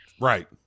Right